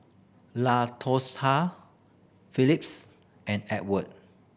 Latosha Phillis and Edward